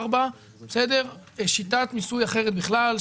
ארבע שיטת מיסוי אחרת בכלל,